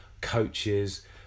coaches